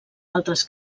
altres